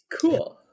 Cool